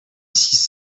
six